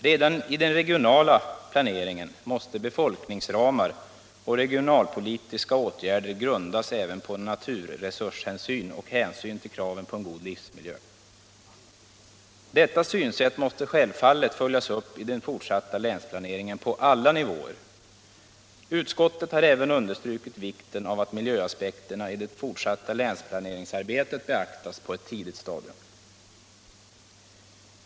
Redan i den regionala planeringen måste befolkningsramar och regionalpolitiska åtgärder grundas även på naturresurshänsyn och hänsyn till kraven på en god livsmiljö. Detta synsätt måste självfallet följas upp i den fortsatta länsplaneringen på alla nivåer. Utskottet har även understrukit vikten av att miljöaspekterna i det fortsatta länsplaneringsarbetet beaktas på ett tidigt stadium.